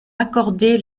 accorder